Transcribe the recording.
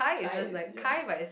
Kai is ya